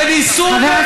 וניסו בוונצואלה.